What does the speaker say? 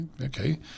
Okay